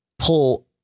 Pull